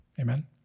amen